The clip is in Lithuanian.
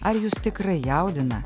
ar jus tikrai jaudina